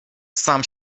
sam